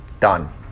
Done